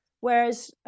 Whereas